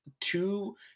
two